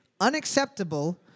unacceptable